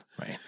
Right